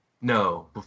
No